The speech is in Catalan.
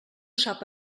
sap